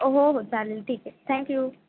हो हो चालेल ठीक आहे थँक्यू